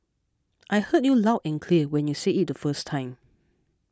I heard you loud and clear when you said it the first time